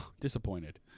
disappointed